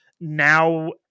now